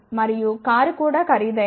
మరియు కారు కూడా ఖరీదైనది